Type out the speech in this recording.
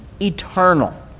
eternal